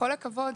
בכל הכבוד,